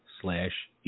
slash